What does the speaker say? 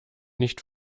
nicht